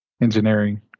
engineering